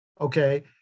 okay